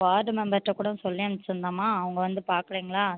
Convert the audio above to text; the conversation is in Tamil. வார்டு மெம்பர்ட்டை கூட சொல்லி அனுப்பிச்சிருந்தேம்மா அவங்க வந்து பார்க்கலைங்களா